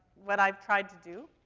what i've tried to do.